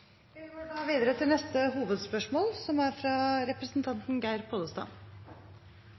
Vi går videre til neste hovedspørsmål.